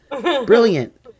Brilliant